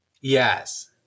Yes